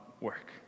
work